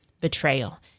betrayal